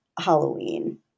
Halloween